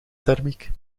thermiek